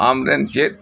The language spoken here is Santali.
ᱟᱢᱨᱮᱱ ᱪᱮᱫ